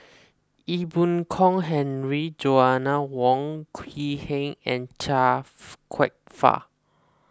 Ee Boon Kong Henry Joanna Wong Quee Heng and Chia Kwek Fah